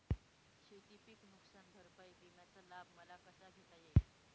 शेतीपीक नुकसान भरपाई विम्याचा लाभ मला कसा घेता येईल?